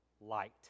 light